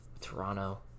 Toronto